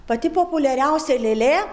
pati populiariausia lėlė